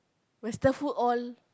western food all